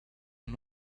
and